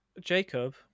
jacob